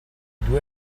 due